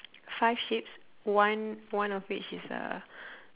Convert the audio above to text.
five sheeps one one of which is a